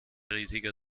riesige